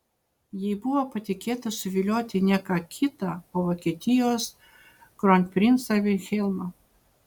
jai buvo patikėta suvilioti ne ką kitą o vokietijos kronprincą vilhelmą